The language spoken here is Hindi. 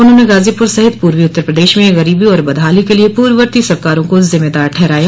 उन्होंने गाजीपुर सहित पूर्वी उत्तर प्रदेश में गरीबी और बदहाली के लिये पूर्ववर्ती सरकारों को जिम्मेदार ठहराया